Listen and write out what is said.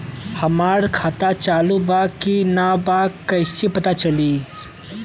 हमार खाता चालू बा कि ना कैसे पता चली?